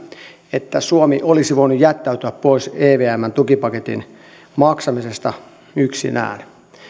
että suomi olisi voinut jättäytyä pois evmn tukipaketin maksamisesta yksinään